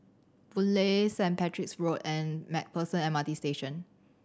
Boon Lay Sanit Patrick's Road and Macpherson M R T Station